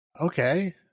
okay